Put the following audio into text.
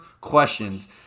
questions